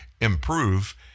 improve